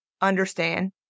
understand